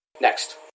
next